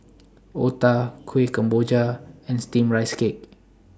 Otah Kuih Kemboja and Steamed Rice Cake